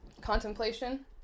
contemplation